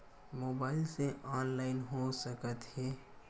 Mobile से online हो सकत हे?